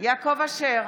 יעקב אשר,